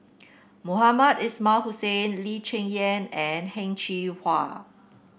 Mohamed Ismail Hussain Lee Cheng Yan and Heng Cheng Hwa